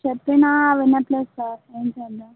చెప్పినా వినట్లేదు సార్ ఏం చేద్దాం